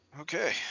Okay